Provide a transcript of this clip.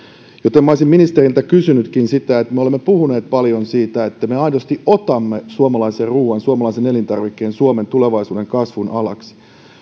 minä olisin ministeriltä kysynytkin siitä kun olemme puhuneet paljon siitä että me aidosti otamme suomalaisen ruuan suomalaisen elintarvikkeen suomen tulevaisuuden kasvun alaksi